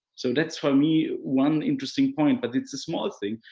so that's for me, one interesting point but it's a small thing.